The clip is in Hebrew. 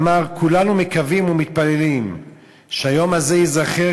אמר: "כולנו מקווים ומתפללים שהיום הזה ייזכר